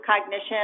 cognition